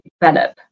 develop